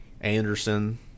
Anderson